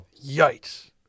yikes